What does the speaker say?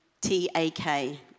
T-A-K